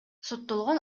соттолгон